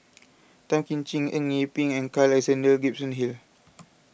Tan Kim Ching Eng Yee Peng and Carl Alexander Gibson Hill